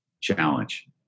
challenge